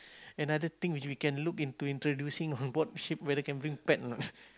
another thing which we can look into introducing on board the ship whether can bring pet or not